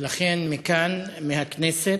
ולכן, מכאן, מהכנסת,